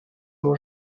mon